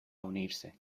unirse